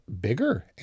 bigger